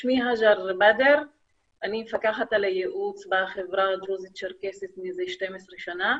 אני מפקחת על הייעוץ בחברה הדרוזית-צ'רקסית מזה 12 שנה.